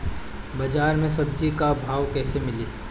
बाजार मे सब्जी क भाव कैसे मिली?